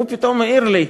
הוא פתאום העיר לי: